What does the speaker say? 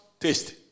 taste